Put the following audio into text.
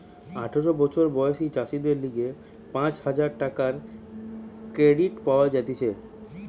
আঠারো বছর বয়সী চাষীদের লিগে পাঁচ হাজার টাকার ক্রেডিট পাওয়া যাতিছে